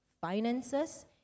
finances